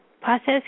process